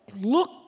look